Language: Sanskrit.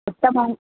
उत्तमम्